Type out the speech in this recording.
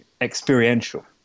experiential